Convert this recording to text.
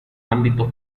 ámbito